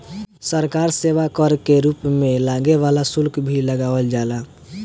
सरकार सेवा कर के रूप में लागे वाला शुल्क भी लगावल जाला